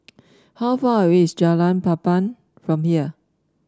how far away is Jalan Papan from here